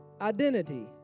identity